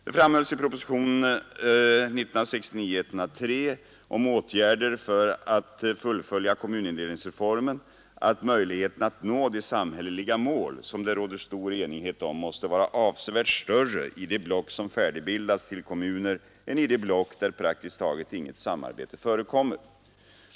Det framhölls i propositionen 103 år 1969 om åtgärder för att fullfölja kommunindelningsreformen, att möjligheten att nå de sam hälleliga mål, som det råder stor enighet om, måste vara avsevärt större i de block som färdigbildats till kommuner än i de block, där praktiskt taget inget samarbete förekommer.